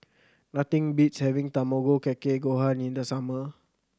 nothing beats having Tamago Kake Gohan in the summer